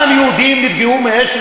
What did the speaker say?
גם יהודים נפגעו מאש של